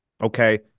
Okay